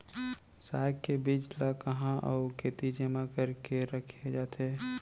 साग के बीज ला कहाँ अऊ केती जेमा करके रखे जाथे?